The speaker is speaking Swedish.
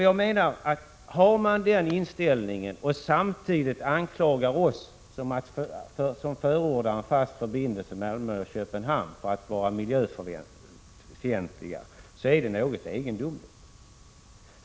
Att ha den inställningen och samtidigt anklaga oss som förordar en fast förbindelse mellan Malmö och Köpenhamn för att vara miljöfientliga är något egendomligt.